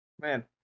Man